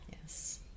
Yes